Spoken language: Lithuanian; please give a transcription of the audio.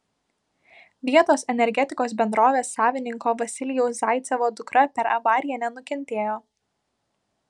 vietos energetikos bendrovės savininko vasilijaus zaicevo dukra per avariją nenukentėjo